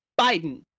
Biden